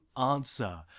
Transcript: answer